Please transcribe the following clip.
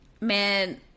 man